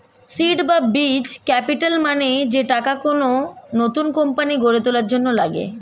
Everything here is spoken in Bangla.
সীড বা বীজ ক্যাপিটাল মানে যে টাকা কোন নতুন কোম্পানি গড়ে তোলার জন্য লাগে